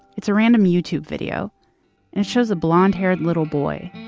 it's a random youtube video and it shows a blonde-haired little boy,